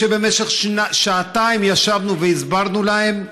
שבמשך שעתיים ישבנו והסברנו להם,